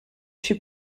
she